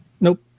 Nope